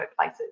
workplaces